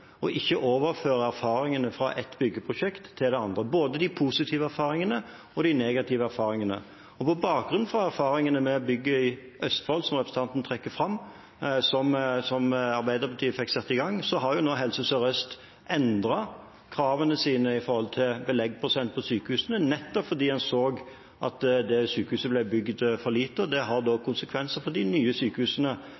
ikke overfører erfaringene fra ett byggeprosjekt til det andre, både de positive erfaringene og de negative erfaringene. På bakgrunn av erfaringene med bygget i Østfold, som representanten trekker fram, og som Arbeiderpartiet fikk satt i gang, har nå Helse Sør-Øst endret kravene sine til belegg på sykehusene, nettopp fordi en så at det sykehuset ble bygd for lite. Det har da konsekvenser for de nye sykehusene som en bygger. Det